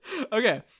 Okay